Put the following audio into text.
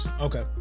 Okay